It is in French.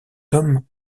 tome